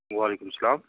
وَعلیکُم سَلام